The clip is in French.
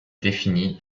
définit